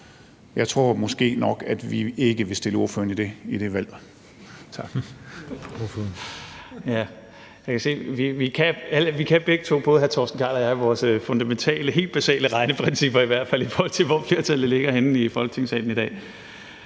jeg tror måske nok, at vi ikke vil stille ordføreren over for det valg.